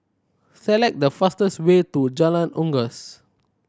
select the fastest way to Jalan Unggas